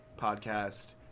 podcast